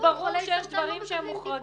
ברור שיש דברים שהם מוחרגים.